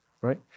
right